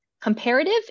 Comparative